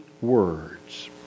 words